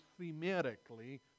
thematically